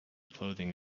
clothing